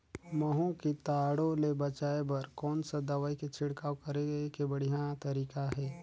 महू कीटाणु ले बचाय बर कोन सा दवाई के छिड़काव करे के बढ़िया तरीका हे?